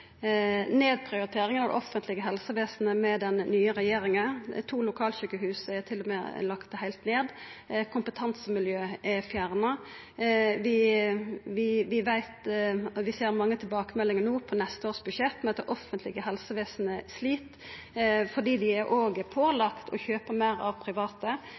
nedprioritering av det offentlege helsevesenet med den nye regjeringa. To lokalsjukehus er til og med lagde heilt ned. Kompetansemiljøet er fjerna. Vi ser mange tilbakemeldingar no på neste års budsjett – det offentlege helsevesenet slit fordi dei er òg pålagde å kjøpa meir av private.